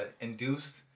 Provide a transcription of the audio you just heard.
induced